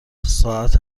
ساعت